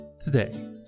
today